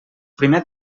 primer